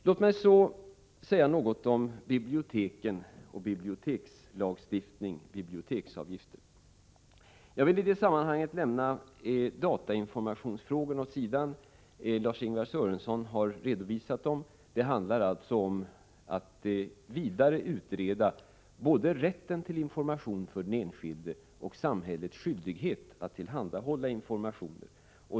Låt mig så säga något om biblioteken, bibliotekslagstiftningen och biblioteksavgifterna. I detta sammanhang vill jag lämna datainformationsfrågorna åt sidan. Lars-Ingvar Sörenson har redovisat dem. Det handlar alltså om att vidare utreda både rätten till information för den enskilde och samhällets skyldighet att tillhandahålla information.